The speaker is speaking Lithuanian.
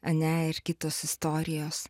ane ir kitos istorijos